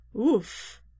Oof